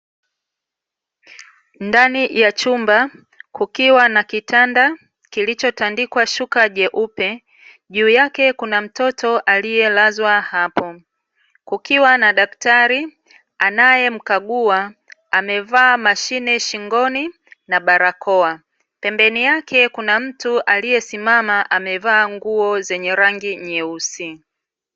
Ndani ya chumba kukiwa na kitanda kilichotandikwa shuka jeupe, juu yake kuna mtoto aliyelazwa hapo, kukiwa na daktari anayemkagua, amevaa mashine shingoni na barakoa, pembeni yake kuna mtu aliyesimama amevaa nguo zenye rangi nyeusi.